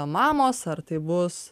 mamos ar tai bus